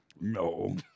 No